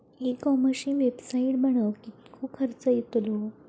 E कॉमर्सची website बनवक किततो खर्च येतलो?